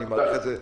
אני מעריך את זה.